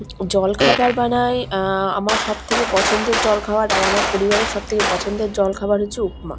জলখাবার বানাই আমার সবথেকে পছন্দের জলখাবার আর আমার পরিবারের সবথেকে পছন্দের জলখাবার হচ্ছে উপমা